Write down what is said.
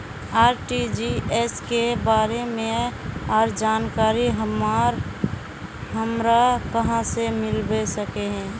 RTGS के बारे में आर जानकारी हमरा कहाँ से मिलबे सके है?